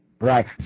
right